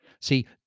See